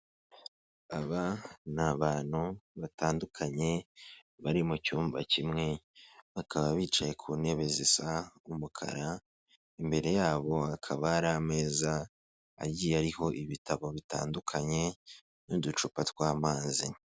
Aba ni abantu batandukanye bari mu cyumba kimwe bakaba bicaye ku ntebe zisa umukara, imbere yabo hakaba hari ameza agiye ariho ibitabo bitandukanye n'uducupa tw'amazi.